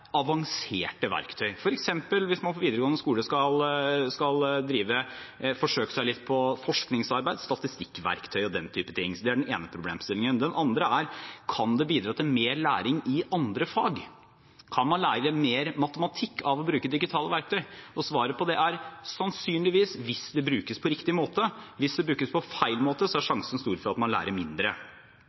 avanserte verktøy, f.eks. hvis man på videregående skole skal forsøke seg litt på forskningsarbeid, statistikkverktøy og den type ting. Det er den ene problemstillingen. Den andre er: Kan dette bidra til mer læring i andre fag? Kan man lære mer matematikk av å bruke digitale verktøy? Svaret på det er: sannsynligvis, hvis det brukes på riktig måte. Hvis det brukes på feil måte, er risikoen for at man lærer mindre,